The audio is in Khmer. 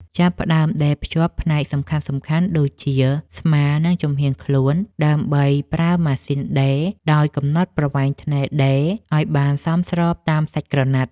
ចាប់ផ្ដើមដេរភ្ជាប់ផ្នែកសំខាន់ៗដូចជា ស្មា និងចំហៀងខ្លួនដោយប្រើម៉ាស៊ីនដេរ ដោយកំណត់ប្រវែងថ្នេរដេរឱ្យបានសមស្របតាមសាច់ក្រណាត់។